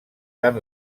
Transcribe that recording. tan